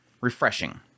refreshing